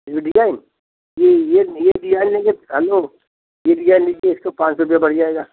ये जो डिजाइन ये डिजाइन लेंगे हलो ये डिजाइन लीजिए इसका पाँच सौ रुपया बढ़ जाएगा